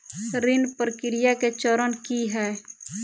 ऋण प्रक्रिया केँ चरण की है?